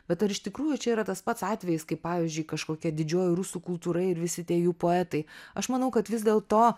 bet ar iš tikrųjų čia yra tas pats atvejis kaip pavyzdžiui kažkokia didžioji rusų kultūra ir visi tie jų poetai aš manau kad vis dėlto